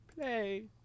play